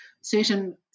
certain